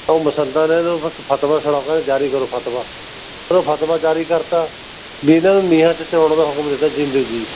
ਉਹ ਮਸੰਦਾ ਨੇ ਇਹਨਾਂ ਨੂੰ ਫਿਰ ਫਤਵਾ ਸੁਣਾਓ ਕਹਿੰਦੇ ਜਾਰੀ ਕਰੋ ਫਤਵਾ ਫਿਰ ਉਹ ਫਤਵਾ ਜਾਰੀ ਕਰਤਾ ਵੀ ਇਹਨਾਂ ਨੂੰ ਨੀਹਾਂ 'ਚ ਚਿਣਾਉਣ ਦਾ ਹੁਕਮ ਦਿੱਤਾ ਜਿਉਂਦੇ ਜੀਅ